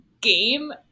game